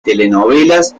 telenovelas